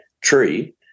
tree